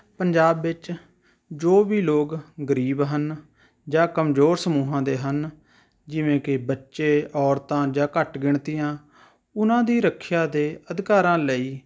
ਪੰਜਾਬ ਵਿੱਚ ਜੋ ਵੀ ਲੋਕ ਗਰੀਬ ਹਨ ਜਾਂ ਕਮਜ਼ੋਰ ਸਮੂਹਾਂ ਦੇ ਹਨ ਜਿਵੇਂ ਕਿ ਬੱਚੇ ਔਰਤਾਂ ਜਾਂ ਘੱਟ ਗਿਣਤੀਆਂ ਉਹਨਾਂ ਦੀ ਰੱਖਿਆ ਅਤੇ ਅਧਿਕਾਰਾਂ ਲਈ